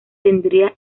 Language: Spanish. tendría